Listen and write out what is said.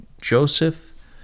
Joseph